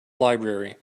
library